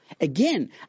Again